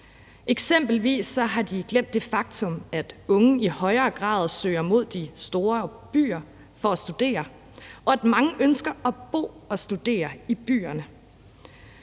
Eksempelvis har de glemt det faktum, at unge i højere grad søger mod de store byer for at studere, og at mange ønsker at bo og studere i byerne.